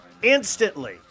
Instantly